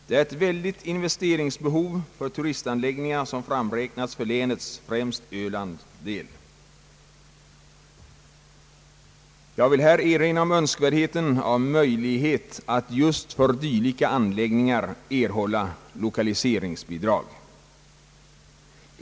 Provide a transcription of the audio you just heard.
Det är ett väldigt investeringsbehov för turistanläggningar som har framräknats för länets, främst Ölands, del. Jag vill här erinra om önskvärdheten av möjlighet att även för dylika anläggningar erhålla lokaliseringsbidrag.